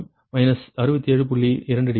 2 degree